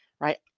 right